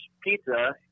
pizza